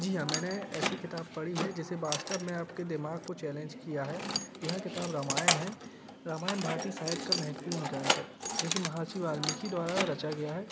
जी हाँ मैंने ऐसी किताब पढ़ी है जिसे वास्तव में आपके दिमाग़ को चैलेंज किया है यह किताब रामायण है रामायण भारतीय साहित्य का महेतपूर्ण ग्रंथ है जिसे महर्षि वाल्मिकी द्वारा रचा गया है